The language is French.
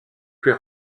plus